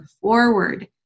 forward